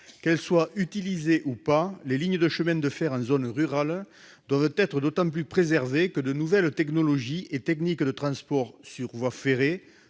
Qu'elles soient utilisées ou pas, les lignes de chemin de fer en zone rurale doivent être préservées, car de nouvelles technologies et techniques de transport sur voies ferrées,